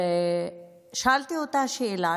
שאלתי אותה שאלה,